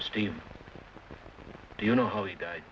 steve do you know how he died